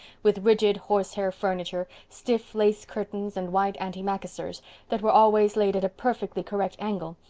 with rigid horsehair furniture, stiff lace curtains, and white antimacassars that were always laid at a perfectly correct angle,